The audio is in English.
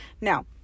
Now